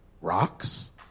Rocks